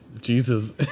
Jesus